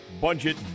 budget